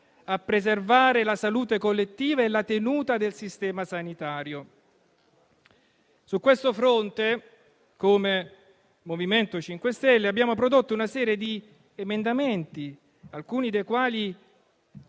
a preservare la salute collettiva e la tenuta del Sistema sanitario. Su questo fronte, come MoVimento 5 Stelle, abbiamo prodotto una serie di emendamenti, alcuni dei quali